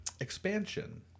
expansion